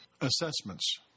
Assessments